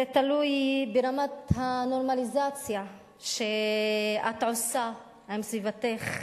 זה תלוי ברמת הנורמליזציה שאת עושה עם סביבתך.